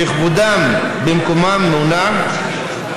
שכבודם במקומם מונח,